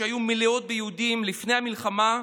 שהיו מלאות ביהודים לפני המלחמה,